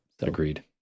Agreed